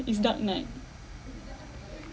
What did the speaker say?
it's dark night